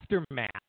aftermath